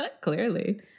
Clearly